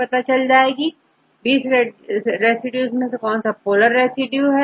इन 20 residue में कौन सा पोलर रेसिड्यू है